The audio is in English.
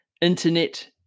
internet